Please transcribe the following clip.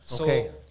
Okay